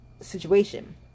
situation